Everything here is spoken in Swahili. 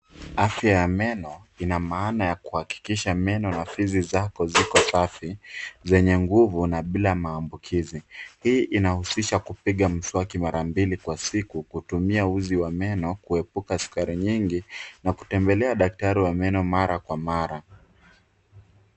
Afya ya meno ina maana ya kuhakikisha meno na fizi zako ziko safi, zenye nguvu na bila maambukizi. Hii inahusisha kupiga mswaki mara mbili kwa siku kutumia uzi wa meno kuepuka sukari nyingi na kutembelea daktari wa meno mara kwa mara.